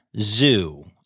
zoo